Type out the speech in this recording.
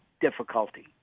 difficulty